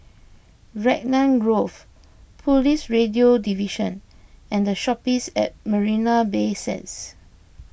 Raglan Grove Police Radio Division and the Shoppes at Marina Bay Sands